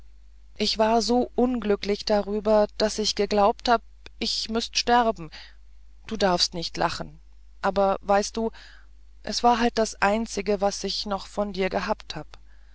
ich war so unglücklich darüber daß ich geglaubt hab ich müßt sterben du darfst nicht lachen aber weißt du es war halt das einzige was ich noch von dir gehabt hab